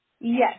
Yes